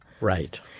Right